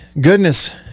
goodness